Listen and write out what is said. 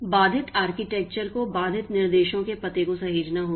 बाधित आर्किटेक्चर को बाधित निर्देशों के पते को सहेजना होगा